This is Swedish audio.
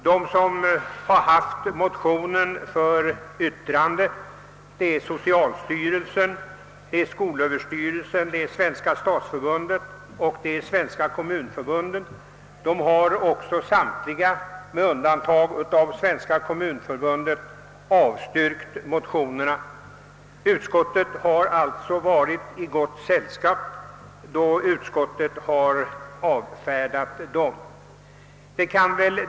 De som har yttrat sig över motionen, nämligen socialstyrelsen, skolöverstyrelsen, Svenska stadsförbundet och Svenska kommunförbundet, har samtliga med undantag av Svenska kommunförbundet avstyrkt motionerna. Utskottet har alltså varit i gott sällskap då utskottet avstyrkt dem.